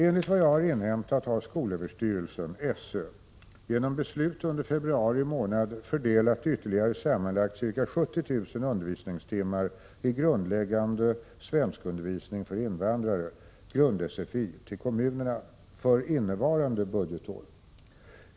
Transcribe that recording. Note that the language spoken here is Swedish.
Enligt vad jag har inhämtat har skolöverstyrelsen, SÖ, genom beslut under februari månad fördelat ytterligare sammanlagt ca 70 000 undervisningstim mar i grundläggande svenskundervisning för invandrare, grund-SFI, till kommunerna för innevarande budgetår.